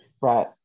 Right